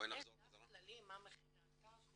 אין דף כללי מה מכיל האתר?